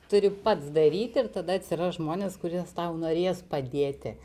turi pats daryti ir tada atsiras žmonės kuris tau norės padėti